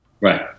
Right